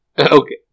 Okay